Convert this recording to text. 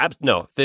no